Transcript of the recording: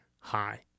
high